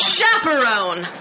Chaperone